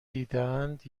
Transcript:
دیدهاند